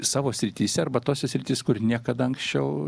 savo srityse arba tose sritis kur niekada anksčiau